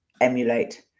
emulate